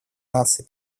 наций